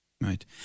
Right